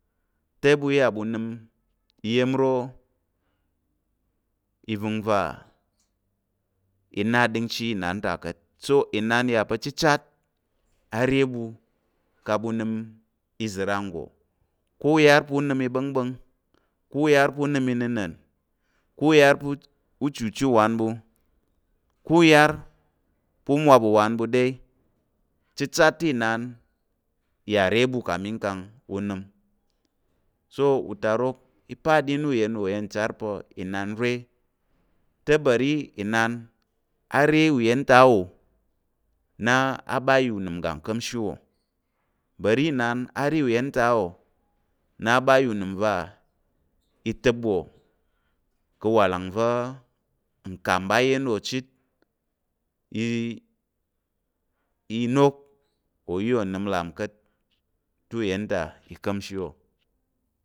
Te ɓu iya ɓu nəm iya̱m iro ivəngva i na aɗəngchi inan ta ka̱t, so inan ya pa̱ chichat. a re ɓu kang ɓu nəm iza̱ nranggo, ko u yar pa̱ u nəm igɓá̱ngɓá̱ng, ko u yar pa̱ u nəm ina̱nan, ko u yar pa̱ u chuche uwan ɓu, ko u yar pa̱ u mwop uwan ɓu de, chichat te inan ya re ɓu kang ɓu nəm, so utarok i pa aɗin uyen wò uyen char pa̱ inanre te bari inan a re uyen ta á wò nna a ɓa a yà unəm uga nka̱mshi wò, bari inan a re uyen ta a wò na a ɓa yà unəm va ntəp wò ka̱ awalang va̱ nkam ɓa yen wò chit i i i inok o iya o nəm lap ka̱t te uyen iya i ka̱mshi wò.